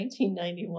1991